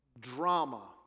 Drama